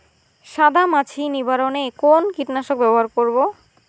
সাদা মাছি নিবারণ এ কোন কীটনাশক ব্যবহার করব?